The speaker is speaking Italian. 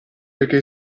perché